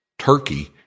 turkey